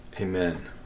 amen